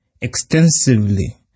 extensively